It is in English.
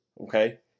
okay